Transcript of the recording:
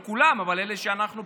לא כולם, אבל אלה שפגשנו.